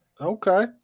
Okay